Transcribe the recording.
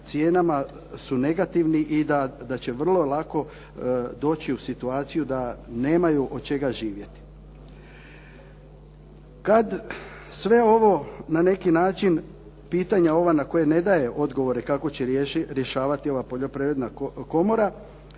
su negativni i da će vrlo lako doći u situaciju da nemaju od čega živjeti. Kad sve ovo na neki način pitanja ova na koje ne daje odgovore kako će rješavati ova Poljoprivredna komora.